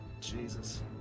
Jesus